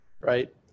right